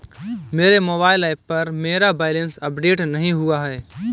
मेरे mobile app पर मेरा बैलेंस अपडेट नहीं हुआ है